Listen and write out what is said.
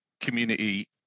community